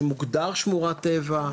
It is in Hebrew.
שמוגדר שמורת טבע,